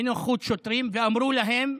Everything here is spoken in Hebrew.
בנוכחות שוטרים, ואמרו להם: